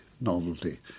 novelty